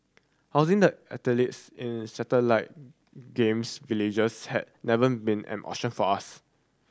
housing the athletes in satellite Games Villages has never been an option for us